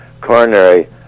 coronary